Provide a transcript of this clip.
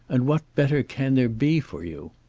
and what better can there be for you?